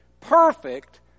perfect